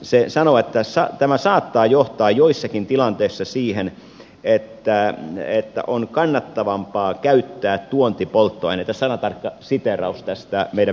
se sanoo että tämä saattaa johtaa joissakin tilanteissa siihen että on kannattavampaa käyttää tuontipolttoaineita sanatarkka siteeraus tästä meidän mietinnöstämme